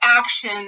action